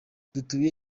dutuye